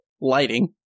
lighting